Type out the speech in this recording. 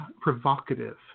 provocative